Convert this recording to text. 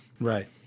Right